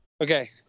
Okay